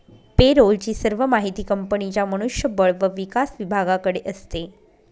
पे role ची सर्व माहिती कंपनीच्या मनुष्य बळ व विकास विभागाकडे असते